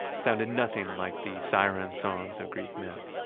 sounded nothing like the siren songs of greek myth.